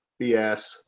BS